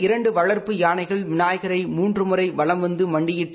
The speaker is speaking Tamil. இரண்டு வளர்ப்பு யானைகள் விநாயகரை மூன்று முறை வலம் வந்து மண்டியிட்டு